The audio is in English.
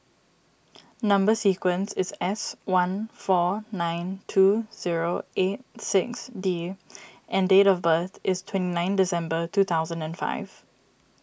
Number Sequence is S one four nine two zero eight six D and date of birth is twenty nine December two thousand and five